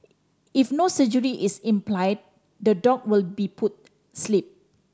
if no surgery is implied the dog will be put sleep